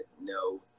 no